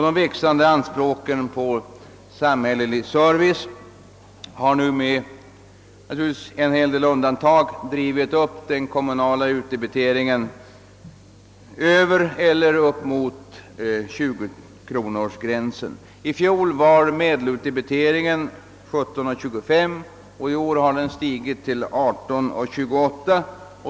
De växande anspråken på samhällelig service har — med en del undantag — drivit upp den kommunala utdebiteringen över eller upp emot 20-kronorsgränsen. I fjol var medelutdebiteringen 17:25 kr. och i år har den stigit till 18:28.